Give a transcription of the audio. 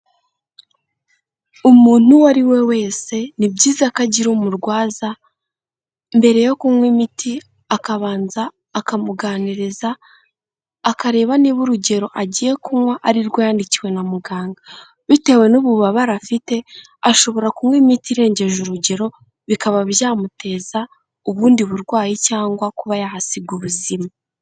Umuntu uwo ari we wese ni byiza ko agira umurwaza mbere yo kunywa imiti akabanza akamuganiriza akareba niba urugero agiye kunywa arirwo yandikiwe na muganga bitewe n'ububabare afite ashobora kunywa imiti irengeje urugero bikaba byamuteza ubundi burwayi cyangwa kuba yahasiga ubuzima.